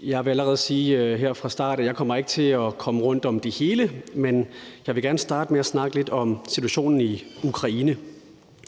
Jeg vil allerede sige her fra start, at jeg ikke kommer til at komme rundt om det hele, men jeg vil gerne starte med at snakke lidt om situationen i Ukraine.